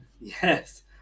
Yes